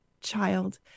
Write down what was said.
child